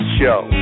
show